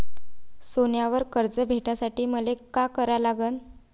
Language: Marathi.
सोन्यावर कर्ज भेटासाठी मले का करा लागन?